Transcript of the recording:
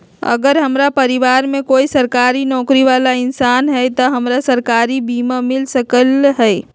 अगर हमरा परिवार में कोई सरकारी नौकरी बाला इंसान हई त हमरा सरकारी बीमा मिल सकलई ह?